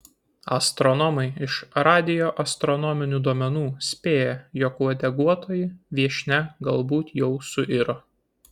astronomai iš radioastronominių duomenų spėja jog uodeguotoji viešnia galbūt jau suiro